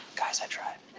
guys, i tried.